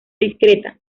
discreta